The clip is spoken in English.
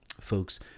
folks